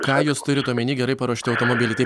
ką jūs turit omeny gerai paruošti automobiliai tai